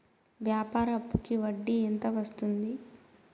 వ్యాపార అప్పుకి వడ్డీ ఎంత వస్తుంది?